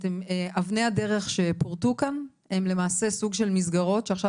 אבני הדרך שפורטו כאן הם למעשה סוג של מסגרות שעכשיו